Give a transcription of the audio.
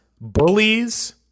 bullies